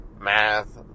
math